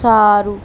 સારું